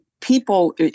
people